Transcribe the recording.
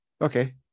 okay